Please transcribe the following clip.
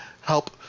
help